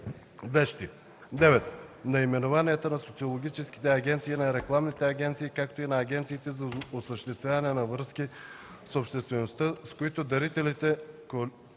9. наименованията на социологическите агенции и на рекламните агенции, както и на агенциите за осъществяване на връзки с обществеността, с които партиите,